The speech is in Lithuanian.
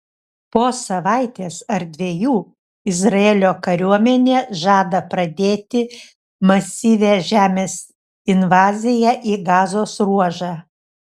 po savaitės ar dviejų izraelio kariuomenė žada pradėti masyvią žemės invaziją į gazos ruožą